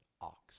ox